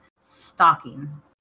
stalking